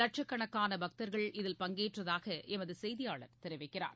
லட்சக்கணக்கான பக்தர்கள் இதில் பங்கேற்றதாக எமது செய்தியாளர் தெரிவிக்கிறார்